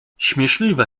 śmieszliwe